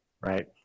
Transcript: Right